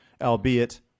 albeit